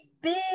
big